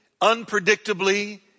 unpredictably